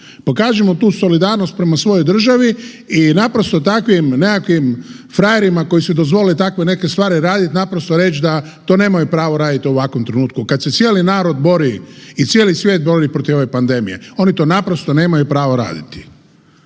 pokažimo tu solidarnost prema svojoj državi i naprosto takvim nekakvim frajerima koji si dozvole takve neke stvari raditi naprosto reći da to nemaju pravo raditi u ovakvom trenutku kad se cijeli narod bori i cijeli svijet bori protiv ove pandemije. Oni to naprosto nemaju pravo raditi.